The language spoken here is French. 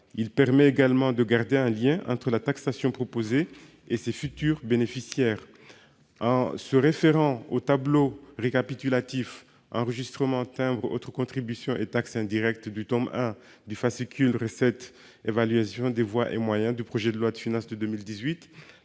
Il permet en outre de maintenir un lien entre la taxation proposée et ses futurs bénéficiaires. En se référant au tableau récapitulatif « Enregistrement, timbre, autres contributions et taxes indirectes » du tome I du fascicule « Évaluations des voies et moyens » du projet de loi de finances pour 2018,